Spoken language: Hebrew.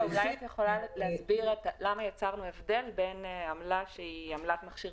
אולי תסבירי למה יצרנו את ההבדל בין עמלת מכשיר